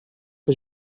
que